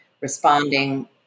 responding